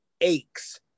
aches